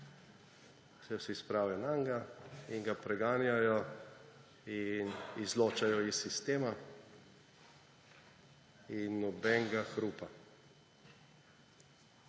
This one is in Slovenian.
se vsi spravijo nanj in ga preganjajo in izločajo iz sistema. In nobenega hrupa.